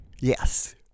yes